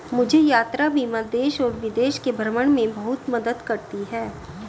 मुझे यात्रा बीमा देश और विदेश के भ्रमण में बहुत मदद करती है